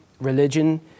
religion